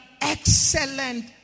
excellent